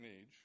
age